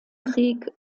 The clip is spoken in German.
krieg